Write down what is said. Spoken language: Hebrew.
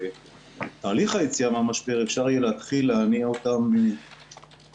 בתהליך היציאה מהמשבר אפשר יהיה להתחיל להניע אותן חזרה.